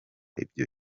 ibyo